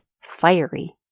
fiery